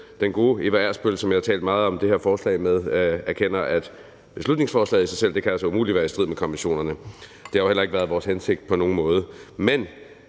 den gode Eva Ersbøll, som jeg har talt meget med om det her forslag, erkender, at beslutningsforslaget i sig selv altså umuligt kan være i strid med konventionerne. Det har jo heller ikke været vores hensigt på nogen måde.